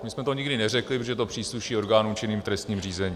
My jsme to nikdy neřekli, protože to přísluší orgánům činným v trestním řízení.